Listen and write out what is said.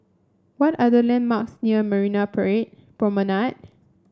what are the landmarks near Marina pray Promenade